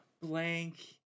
blank